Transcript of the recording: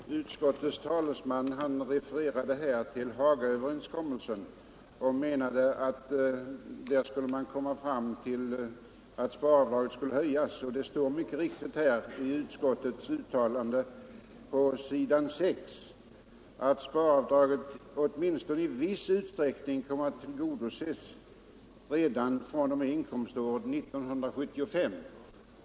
Herr talman! Utskottets talesman refererade till Hagaöverenskommelsen och menade, att man där skulle ha kommit fram till att sparavdraget skulle höjas. Det står också mycket riktigt på s. 6 i utskottets betänkande att önskemålen om höjning av sparavdraget åtminstone i viss utsträckning torde komma att tillgodoses redan fr.o.m. inkomståret 1975.